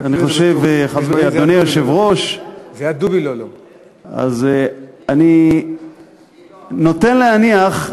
אדוני היושב-ראש, אני נוטה להניח,